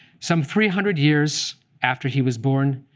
some three hundred years after he was born,